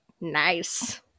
Nice